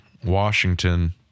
Washington